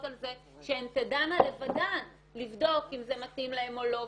על זה שהם תדענה לבדן לבדוק אם זה מתאים להן או לא,